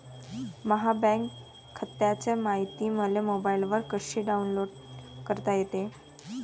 माह्या बँक खात्याची मायती मले मोबाईलवर कसी डाऊनलोड करता येते?